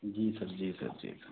जी sir जी sir जी sir